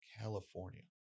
California